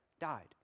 died